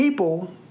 People